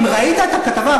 אם ראית את הכתבה,